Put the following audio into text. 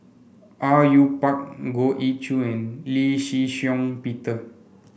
Au Yue Pak Goh Ee Choo and Lee Shih Shiong Peter